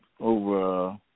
over